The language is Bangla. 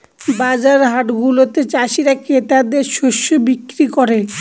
বাজার হাটগুলাতে চাষীরা ক্রেতাদের শস্য বিক্রি করে